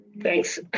Thanks